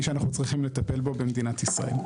שאנחנו צריכים לטפל בו במדינת ישראל.